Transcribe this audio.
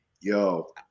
yo